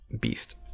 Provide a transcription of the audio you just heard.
beast